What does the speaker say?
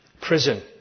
prison